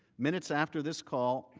minutes after this call,